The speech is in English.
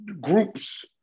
groups